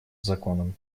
законом